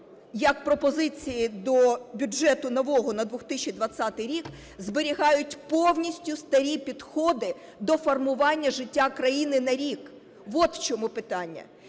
як пропозиції до бюджету нового на 2020 рік, зберігають повністю старі підходи до формування життя країни на рік. От в чому питання.